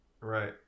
Right